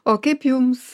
o kaip jums